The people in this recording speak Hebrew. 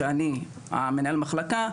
שאני מנהל המחלקה,